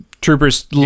troopers